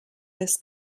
this